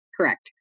Correct